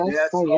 Yes